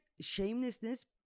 shamelessness